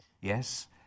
Yes